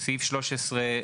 סעיף 13,